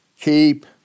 keep